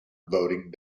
voting